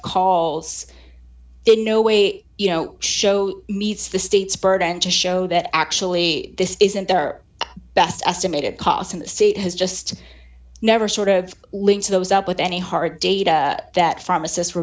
calls in no way you know show meets the state's burden to show that actually this isn't our best estimated cost in the state has just never sort of linked to those up with any hard data that pharmacist